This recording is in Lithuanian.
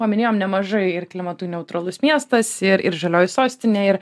paminėjome nemažai ir klimatui neutralus miestas ir ir žalioji sostinė ir